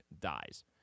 dies